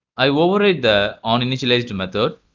i will will read the uninitialized method.